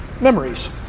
memories